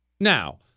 Now